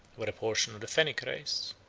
were a portion of the fennic race.